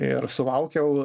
ir sulaukiau